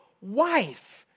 wife